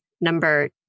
number